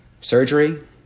Surgery